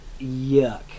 Yuck